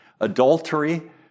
Adultery